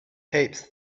heaps